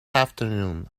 afternoon